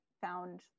found